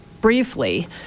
briefly